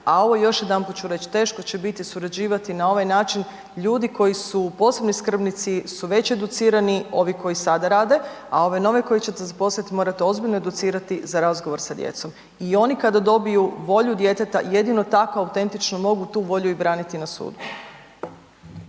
a ovo još jedanput ću reć, teško će biti surađivati na ovaj način, ljudi koji su posebni skrbnici su već educirani ovi koji sada rade, a ove nove koje ćete zaposlit morate ozbiljno educirati za razgovor sa djecom i oni kada dobiju volju djeteta, jedino tako autentičnu mogu tu volju i braniti na sudu.